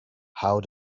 how